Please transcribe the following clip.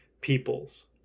peoples